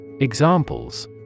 Examples